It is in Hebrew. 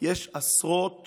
יש עשרות